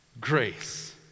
grace